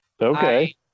Okay